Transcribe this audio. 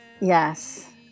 yes